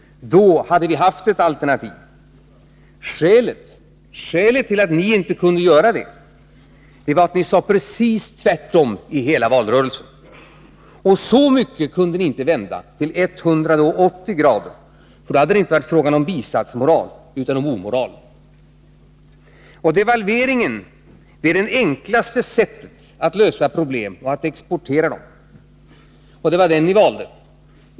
Det hade varit ett alternativ. Skälet till att ni inte kunde göra detta var att ni sade precis tvärtom i hela valrörelsen. Och så mycket kunde ni inte vända — inte 180 grader — för då hade det inte varit fråga om bisatsmoral utan om omoral. Devalvering är det enklaste sättet att lösa problem och att exportera dem. Och det var det ni valde.